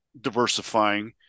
diversifying